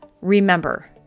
Remember